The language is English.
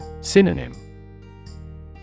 Synonym